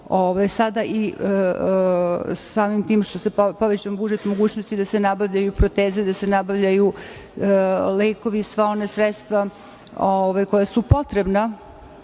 sada i samim tim što se povećao budžet, mogućnosti da se nabavljaju proteze, da se nabavljaju lekovi i sva ona sredstva koja su potrebna